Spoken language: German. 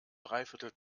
dreiviertel